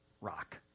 rock